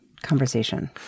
Conversation